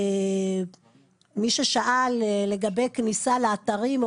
מי ששאל לגבי כניסה לאתרים,